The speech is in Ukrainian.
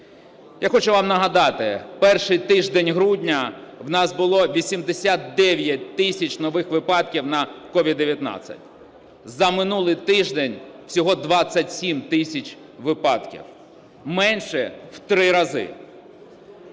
Я хочу вам нагадати: в перший тиждень грудня у нас було 89 тисяч нових випадків на COVID-19, за минулий тиждень – всього 27 тисяч випадків, менше в 3 рази.